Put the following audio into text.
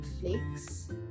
flakes